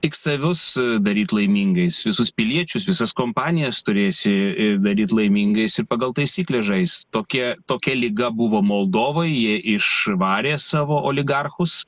tik savus daryt laimingais visus piliečius visas kompanijas turėsi daryt laimingais ir pagal taisykles žaist tokia tokia liga buvo moldovoj jie išvarė savo oligarchus